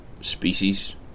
species